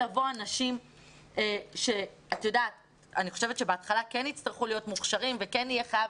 אני חושבת שבהתחלה האנשים כן יצטרכו להיות מוכשרים וכן יהיה חייב